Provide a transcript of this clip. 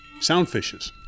Soundfishes